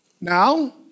Now